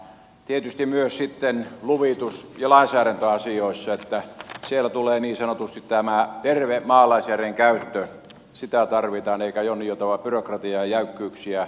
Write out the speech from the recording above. tietysti myös sitten luvitus ja lainsäädäntöasioissa tulee niin sanotusti tämä terveen maalaisjärjen käyttö sitä tarvitaan eikä jonninjoutavaa byrokratiaa ja jäykkyyksiä